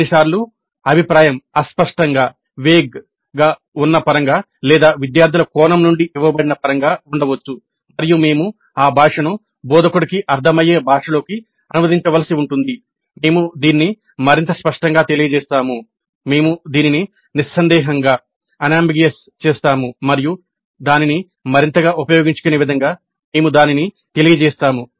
కొన్ని సార్లు అభిప్రాయం అస్పష్టంగా చేస్తాము మరియు దానిని మరింతగా ఉపయోగించుకునే విధంగా మేము దానిని తెలియజేస్తాము